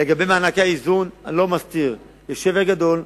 לגבי מענקי האיזון, אני לא מסתיר, יש שבר גדול.